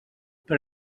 per